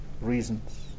reasons